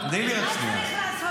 מה צריך לעשות